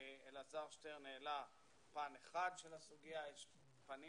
אלעזר שטרן העלה פן אחד של הסוגיה אבל יש פנים